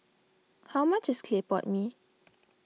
how much is Clay Pot Mee